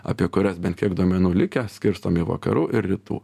apie kurias bent tiek duomenų likę skirstome į vakarų ir rytų